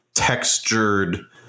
textured